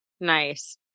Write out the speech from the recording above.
Nice